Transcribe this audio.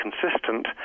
consistent